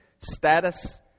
status